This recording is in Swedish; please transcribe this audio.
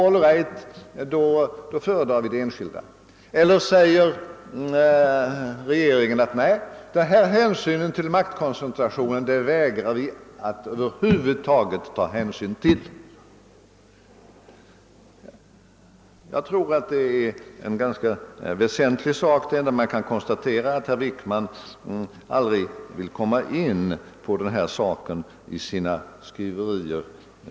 Eller vägrar regeringen att i sådana fall över huvud taget ta någon hänsyn till maktkoncentrationsargumentet? Detta är en ganska väsentlig fråga, som såvitt jag kunnat bedöma statsrådet Wickman aldrig velat gå in på i sina skriverier.